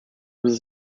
was